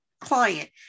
client